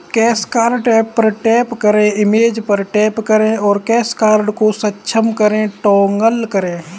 cash card tab पर tap करें, image पर टैप करें और कैश कार्ड को सक्षम करें टॉगल करें